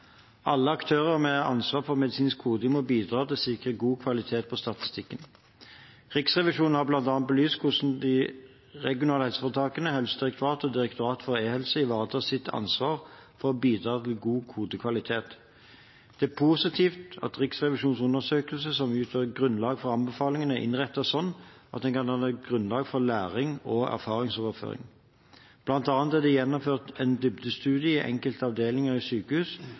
Alle aktører med ansvar for medisinsk koding må bidra til å sikre god kvalitet på statistikken. Riksrevisjonen har bl.a. belyst hvordan de regionale helseforetakene, Helsedirektoratet og Direktoratet for e-helse ivaretar sitt ansvar for å bidra til god kodekvalitet. Det er positivt at Riksrevisjonens undersøkelse, som utgjør grunnlaget for anbefalingene, er innrettet slik at den kan danne grunnlag for læring og erfaringsoverføring. Blant annet er det gjennomført en dybdestudie i enkelte avdelinger i sykehus